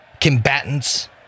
combatants